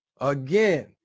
again